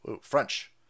French